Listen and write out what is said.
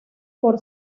por